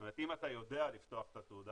זאת אומרת שאם אתה יודע לפתוח את התעודה,